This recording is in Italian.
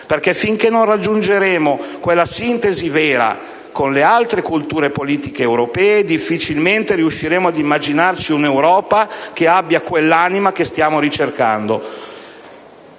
Europa. Finché non raggiungeremo quella sintesi vera con le altre culture politiche europee, infatti, difficilmente riusciremo ad immaginarci un'Europa che abbia quell'anima che stiamo ricercando.